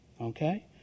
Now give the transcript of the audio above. Okay